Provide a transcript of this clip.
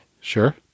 Sure